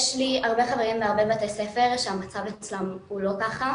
יש לי הרבה חברים בבתי ספר רבים שהמצב אצלם הוא לא כך,